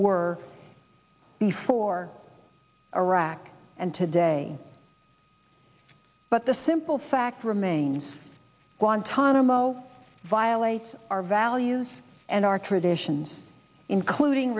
were before iraq and today but the simple fact remains guantanamo violates our values and our traditions including